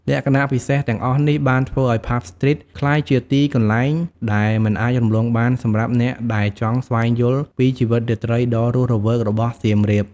លក្ខណៈពិសេសទាំងអស់នេះបានធ្វើឲ្យ ផាប់ ស្ទ្រីត ក្លាយជាទីកន្លែងដែលមិនអាចរំលងបានសម្រាប់អ្នកដែលចង់ស្វែងយល់ពីជីវិតរាត្រីដ៏រស់រវើករបស់សៀមរាប។